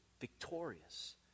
victorious